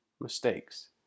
mistakes